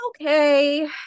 okay